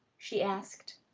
she asked.